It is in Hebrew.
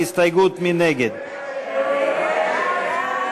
ההסתייגות (70)